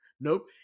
Nope